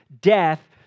death